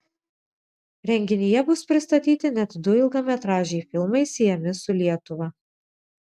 renginyje bus pristatyti net du ilgametražiai filmai siejami su lietuva